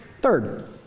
Third